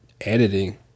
editing